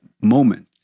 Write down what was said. moment